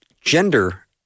gender